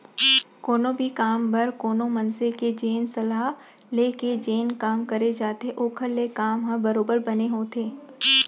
कोनो भी काम बर कोनो मनसे के जेन सलाह ले के जेन काम करे जाथे ओखर ले काम ह बरोबर बने होथे